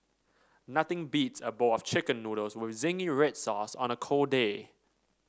nothing beats a bowl of Chicken Noodles with zingy red sauce on a cold day